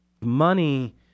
Money